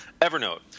Evernote